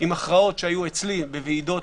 עם הכרעות שהיו אצלי בוועידות,